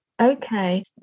Okay